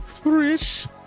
Fresh